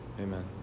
Amen